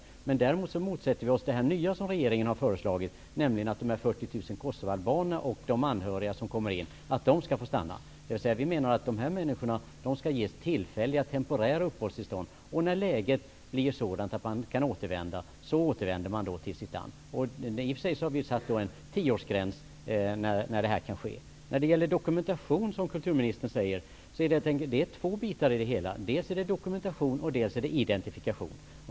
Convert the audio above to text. Vi har däremot motsatt oss det nya som regeringen har föreslagit, nämligen att de 40 000 kosovoalbanerna och deras anhöriga skall få stanna. Vi menar att dessa människor skall ges tillfälliga, temporära uppehållstillstånd. När läget blir sådant att de kan återvända till sitt land skall så ske. Vi har i och för sig satt en tioårsgräns. Vidare har vi frågan om dokumentation. Precis som kulturministern säger innefattar detta begrepp två bitar. Dels är det dokumentation, dels är det identifikation.